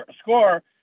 score